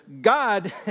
God